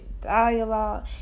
Dialogue